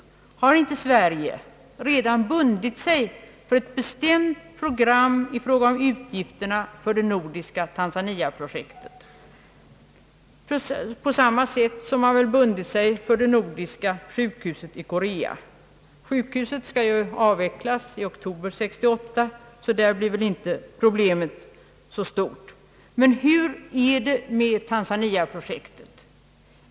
Har inte Sverige redan bundit sig för ett bestämt program i fråga om utgif terna för det nordiska tanzaniaprojektet på samma sätt som man väl gjort beträffande det nordiska sjukhuset i Korea? Detta sjukhus skall ju avvecklas i oktober 1968, varför problemet väl i detta fall inte är så stort. Men hur är det med tanzaniaprojektet?